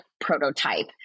prototype